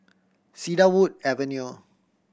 Cedarwood Avenue